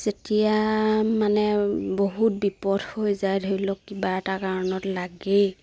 যেতিয়া মানে বহুত বিপদ হৈ যায় ধৰি লওক কিবা এটা কাৰণত লাগেই